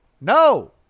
No